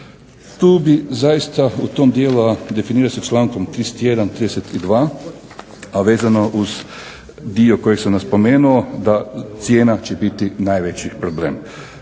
Tu bih zaista u tom dijelu, a definira se člankom 31., 32., a vezano uz dio kojeg sam spomenuo, da cijena će biti najveći problem.